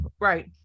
Right